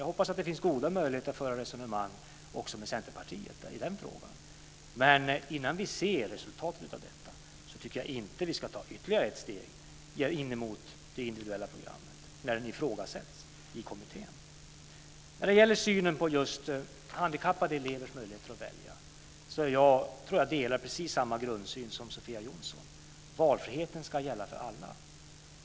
Jag hoppas att det finns goda möjligheter att föra resonemang också med Centerpartiet i den frågan. Men innan vi ser resultatet av detta tycker jag inte att vi ska ta ytterligare ett steg i fråga om det individuella programmet, särskilt inte när det ifrågasätts i kommittén. När det gäller synen på handikappade elevers möjligheter att välja tror jag att jag delar precis samma grundsyn som Sofia Jonsson. Valfriheten ska gälla för alla.